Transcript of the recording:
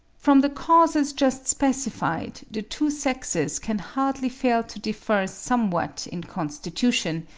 from the causes just specified the two sexes can hardly fail to differ somewhat in constitution,